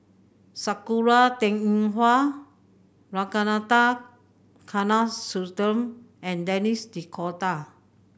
Sakura Teng Ying Hua Ragunathar Kanagasuntheram and Denis D'Cotta